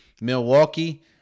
Milwaukee